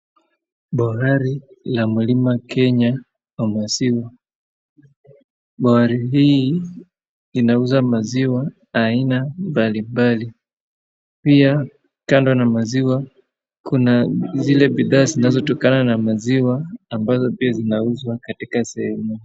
Borari ya mlima Kenya ya maziwa. Borari hii inauza maziwa aina mbalimbali. Pia ,kando na maziwa, kuna zile bidhaa zinazotokana na maziwa ambazo pia zinauzwa katika sehemu.